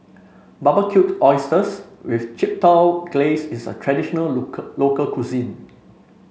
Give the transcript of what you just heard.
Barbecued Oysters with Chipotle Glaze is a traditional local local cuisine